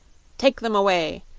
take them away,